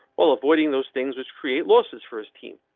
while avoiding those things which create losses for his team.